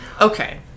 Okay